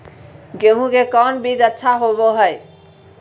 गेंहू के कौन बीज अच्छा होबो हाय?